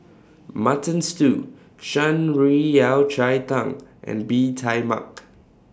Mutton Stew Shan Rui Yao Cai Tang and Bee Tai Mak